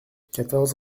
quatorze